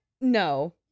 No